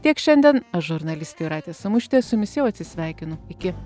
tiek šiandien aš žurnalistė jūratė samušytė su jumis jau atsisveikinu iki